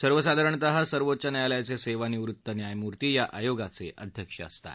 सर्वसाधारणतः सर्वोच्च न्यायालयाचे सेवानिवृत्त न्यायमूर्ती या आयोगाचे अध्यक्ष असतात